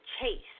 chase